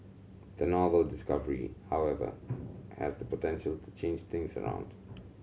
the novel discovery however has the potential to change things around